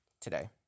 today